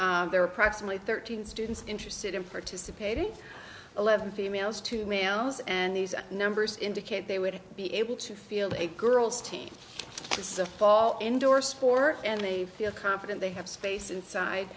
are approximately thirteen students interested in participating eleven females two males and these numbers indicate they would be able to field a girls team as a fall indoor score and they feel confident they have space inside